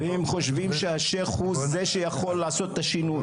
והם חושבים שהשייח' הוא זה שיכול לעשות את השינוי,